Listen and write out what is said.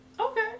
Okay